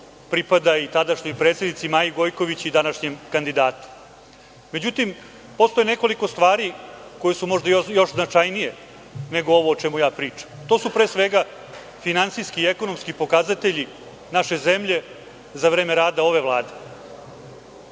pripada i tadašnjoj predsednici Maji Gojković i današnjem kandidatu. Međutim, postoji nekoliko stvari koje su možda još značajnije nego ovo o čemu ja pričam. Pre svega, to su finansijski i ekonomski pokazatelji naše zemlje za vreme rada ove Vlade.